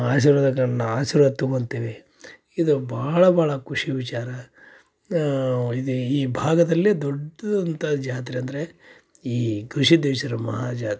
ಆಶೀರ್ವಾದಗಳನ್ನ ಆಶೀರ್ವಾದ ತಗೊತೀವಿ ಇದು ಭಾಳ ಭಾಳ ಖುಷಿ ವಿಚಾರ ಇದು ಈ ಭಾಗದಲ್ಲಿ ದೊಡ್ಡದಂಥ ಜಾತ್ರೆ ಅಂದರೆ ಈ ಗವಿಸಿದ್ಧೇಶ್ವರ ಮಹಾಜಾತ್ರೆ